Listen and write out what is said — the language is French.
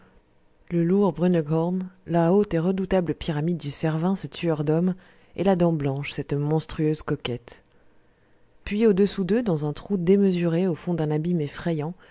le lourd brunnegghorn la haute et redoutable pyramide du cervin ce tueur d'hommes et la dent blanche cette monstrueuse coquette puis au-dessous d'eux dans un trou démesuré au fond d'un abîme effrayant